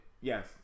yes